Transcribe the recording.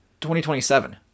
2027